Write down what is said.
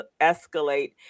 escalate